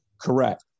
correct